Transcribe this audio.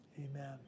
Amen